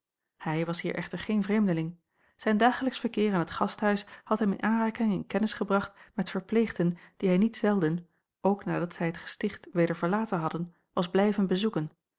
hij was hier echter geen vreemdeling zijn dagelijksch verkeer aan t gasthuis had hem in aanraking en kennis gebracht met verpleegden die hij niet zelden ook nadat zij het gesticht weder verlaten hadden was blijven bezoeken